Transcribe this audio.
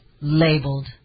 labeled